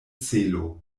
celo